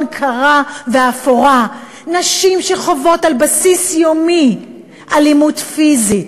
קרה ואפורה: נשים שחוות על בסיס יומי אלימות פיזית,